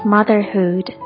Motherhood